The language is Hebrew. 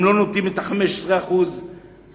הם לא נותנים 15% למכרזים,